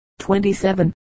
27